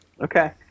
Okay